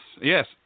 yes